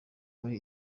muri